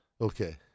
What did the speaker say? Okay